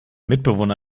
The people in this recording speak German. mitbewohner